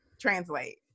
translate